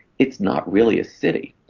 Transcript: it's not really a city.